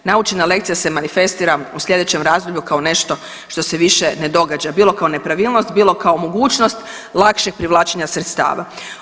Naučena lekcija se manifestira u sljedećem razdoblju kao nešto što se više ne događa, bilo kao nepravilnost, bilo kao mogućnost lakšeg privlačenja sredstava.